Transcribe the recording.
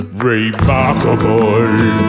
remarkable